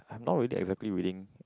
I'm not really exactly reading